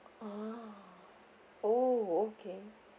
oh oh okay